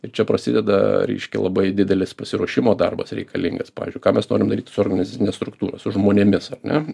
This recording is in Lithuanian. ir čia prasideda reiškia labai didelis pasiruošimo darbas reikalingas pavyzdžiui ką mes norim daryti su organizacine struktūra su žmonėmis ar ne